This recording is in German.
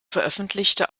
veröffentlichte